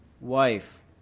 wife